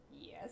yes